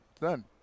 Done